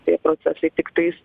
tie procesai tiktais